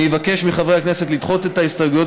אני אבקש מחברי הכנסת לדחות את ההסתייגויות